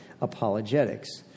apologetics